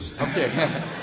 Okay